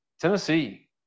Tennessee